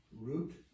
root